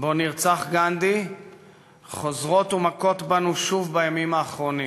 שבו נרצח גנדי חוזרות ומכות בנו שוב בימים האחרונים,